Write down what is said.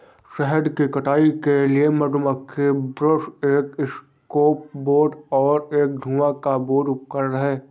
शहद की कटाई के लिए मधुमक्खी ब्रश एक एस्केप बोर्ड और एक धुएं का बोर्ड उपकरण हैं